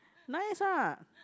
nice ah